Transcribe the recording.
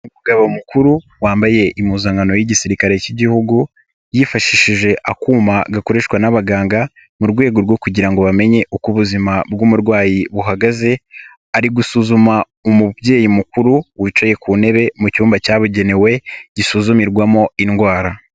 Umugabo mukuru wambaye impuzankano y'igisirikare cy'igihugu, yifashishije akuma gakoreshwa n'abaganga mu rwego rwo kugira ngo bamenye uko ubuzima bw'umurwayi buhagaze, ari gusuzuma umubyeyi mukuru wicaye ku ntebe mu cyumba cyabugenewe, gisuzumirwamo indwara.